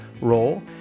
role